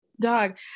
dog